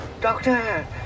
Doctor